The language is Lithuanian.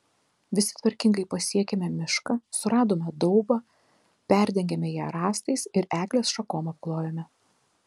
visi tvarkingai pasiekėme mišką suradome daubą perdengėme ją rąstais ir eglės šakom apklojome